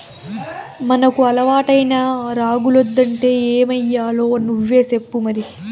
మనకు అలవాటైన రాగులొద్దంటే ఏమయ్యాలో నువ్వే సెప్పు మరి